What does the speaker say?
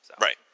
right